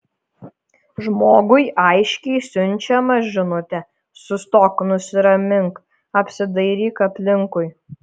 žmogui aiškiai siunčiama žinutė sustok nusiramink apsidairyk aplinkui